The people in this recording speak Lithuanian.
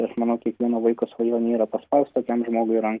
aš manau kiekvieno vaiko svajonė yra spaust tokiam žmogui ranką